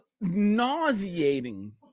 nauseating